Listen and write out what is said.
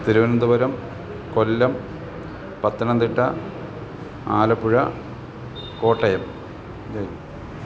Thiruvananthapuram Kollam Pathanamthitta Alappuzha Kottayam